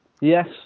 Yes